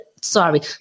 sorry